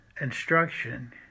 instruction